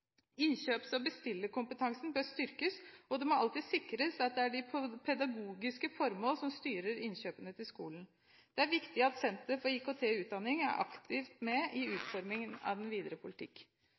Innkjøps- og bestillerkompetansen bør styrkes, og det må alltid sikres at det er de pedagogiske formål som styrer innkjøpene til skolen. Det er viktig at Senter for IKT i utdanningen er aktivt med i